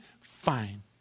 Fine